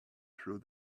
through